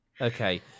Okay